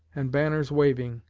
and banners waving,